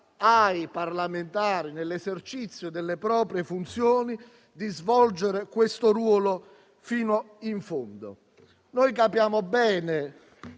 ai parlamentari nell'esercizio delle proprie funzioni di svolgere questo ruolo fino in fondo. Noi capiamo bene